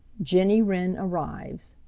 jenny wren arrives.